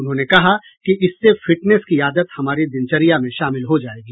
उन्होंने कहा कि इससे फिटनेस की आदत हमारी दिनचर्या में शामिल हो जायेगी